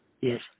Yes